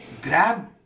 Grab